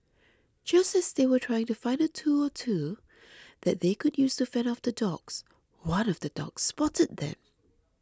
just as they were trying to find a tool or two that they could use to fend off the dogs one of the dogs spotted them